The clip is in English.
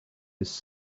his